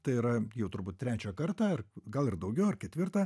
tai yra jau turbūt trečią kartą ar gal ir daugiau ar ketvirtą